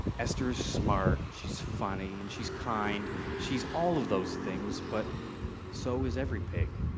esther is smart, she's funny, and she's kind. she's all of those things, but so is every pig,